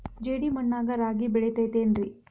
ಜೇಡಿ ಮಣ್ಣಾಗ ರಾಗಿ ಬೆಳಿತೈತೇನ್ರಿ?